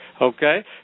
okay